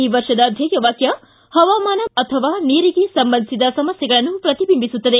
ಈ ವರ್ಷದ ಧ್ಯೇಯ ವಾಕ್ಕ ಹವಾಮಾನ ಅಥವಾ ನೀರಿಗೆ ಸಂಬಂಧಿಸಿದ ಸಮಸ್ಥೆಗಳನ್ನು ಪ್ರತಿಬಿಂಬಿಸುತ್ತದೆ